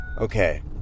Okay